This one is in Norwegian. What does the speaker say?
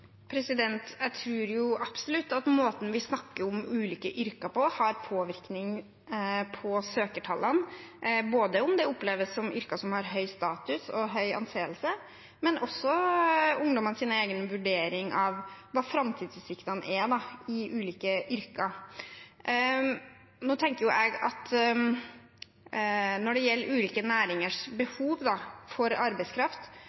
absolutt at måten vi snakker om ulike yrker på, har påvirkning på søkertallene – både at det oppleves som om noen yrker har høy status og høy anseelse, og også ungdommens egen vurdering av hva framtidsutsiktene er i ulike yrker. Jeg tenker at når det gjelder ulike næringers behov for arbeidskraft,